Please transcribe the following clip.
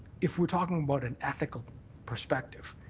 if we're talking about an ethical perspective,